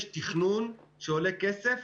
יש תכנון שעולה כסף.